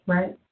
Right